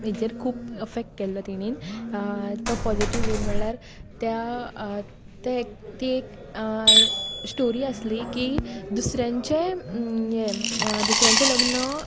हाजेर खूब अफेक्ट केल्लो तांणी तो पॉजिटीव एक म्हणल्यार त्या एक ती एक स्टोरी आसली की दुसऱ्यांचे हें दुसऱ्यांचे लग्न